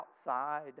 outside